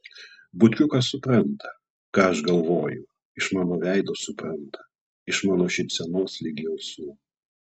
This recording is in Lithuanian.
butkiukas supranta ką aš galvoju iš mano veido supranta iš mano šypsenos ligi ausų